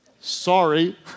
Sorry